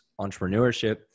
entrepreneurship